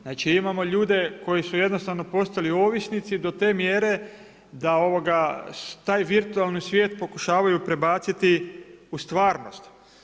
Znači imamo ljude koji su jednostavno postali ovisnici do te mjere da taj virtualni svijet pokušavaju prebaciti u stvarnost.